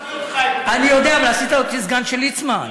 אירחתי אותך, אני יודע, ועשית אותי סגן של ליצמן.